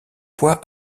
poids